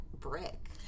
brick